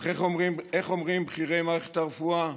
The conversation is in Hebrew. אך איך אומרים בכירי מערכת הרפואה?